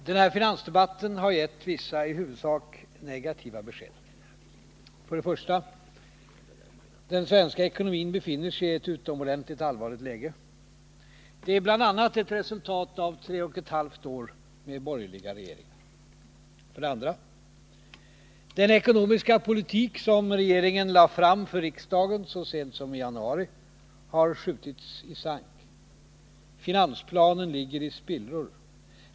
Herr talman! Denna finansdebatt har givit vissa, i huvudsak negativa, besked. 1. Den svenska ekonomin befinner sig i ett utomordenligt allvarligt läge. Det är bl.a. ett resultat av tre och ett halvt år med borgerliga regeringar. 2. Det förslag till ekonomisk politik som regeringen lade fram för riksdagen så sent som i januari har skjutits i sank. Finansplanen ligger i spillror.